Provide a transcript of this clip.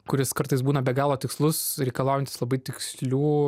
kuris kartais būna be galo tikslus reikalaujantis labai tikslių